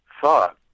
thought